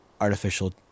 artificial